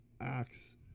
acts